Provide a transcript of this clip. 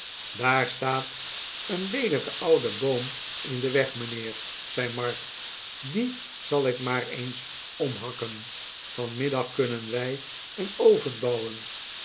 daar staat een leelijke oude boom in den weg mynheer zei mark dien zal ik maar eens omhakken vanmiddag kunnen wij een oven bouwen